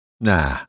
Nah